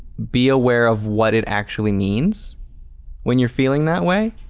be aware of what it actually means when you're feeling that way.